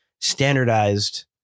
standardized